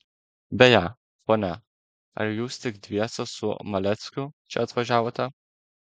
beje ponia ar jūs tik dviese su maleckiu čia atvažiavote